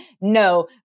no